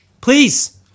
please